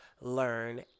learn